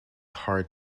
hard